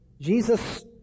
Jesus